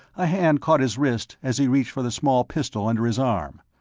a hand caught his wrist as he reached for the small pistol under his arm.